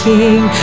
King